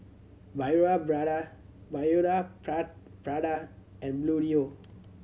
Prada Biore Prada and Bluedio